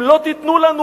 אם לא תיתנו לנו,